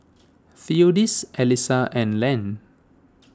theodis Alisa and Len